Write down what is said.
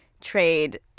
trade